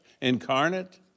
incarnate